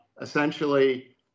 essentially